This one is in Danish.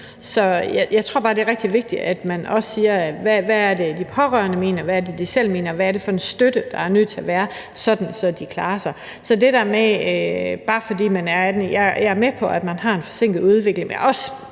Så jeg tror bare, det er rigtig vigtigt, at man også siger, at hvad er det, de pårørende mener, og hvad er det, de selv mener, og hvad er det for en støtte, der er nødt til at være, så de klarer sig? Så nej til det der med, at det er sådan, bare fordi man er 18. Jeg er med på, at man har en forsinket udvikling, men jeg